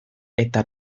eta